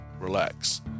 relax